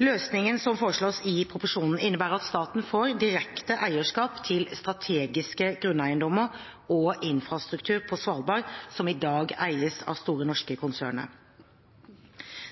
Løsningen som foreslås i proposisjonen, innebærer at staten får direkte eierskap til strategiske grunneiendommer og infrastruktur på Svalbard som i dag eies av Store Norske-konsernet.